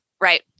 right